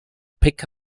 pick